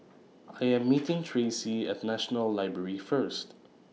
I Am meeting Tracee At National Library First